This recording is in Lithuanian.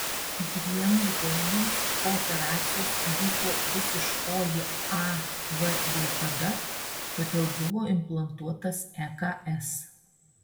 dviem ligoniams po operacijos įvyko visiškoji a v blokada todėl buvo implantuotas eks